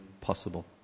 possible